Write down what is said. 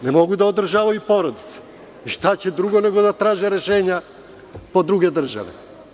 Ne mogu da održavaju porodice i šta će drugo nego da traže rešenja po drugim državama.